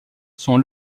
sont